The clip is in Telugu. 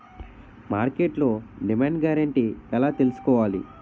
మార్కెట్లో డిమాండ్ గ్యారంటీ ఎలా తెల్సుకోవాలి?